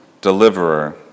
deliverer